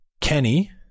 Kenny